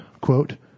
quote